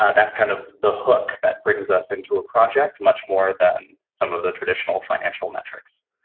that's kind of the hook that brings us into a project much more than some of the traditional financial metrics